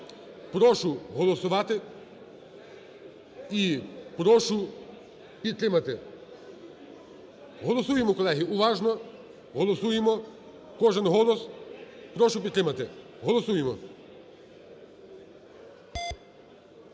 Прошу голосувати і прошу підтримати. Голосуємо, колеги. Уважно. Голосуємо. Кожен голос. Прошу підтримати. Голосуємо.